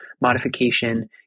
modification